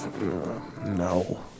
no